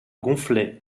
gonflaient